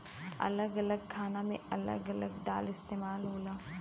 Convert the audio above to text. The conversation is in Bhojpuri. अलग अलग खाना मे अलग अलग दाल इस्तेमाल होला